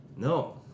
No